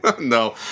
No